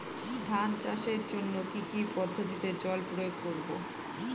ধান চাষের জন্যে কি কী পদ্ধতিতে জল প্রয়োগ করব?